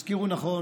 הזכירו נכון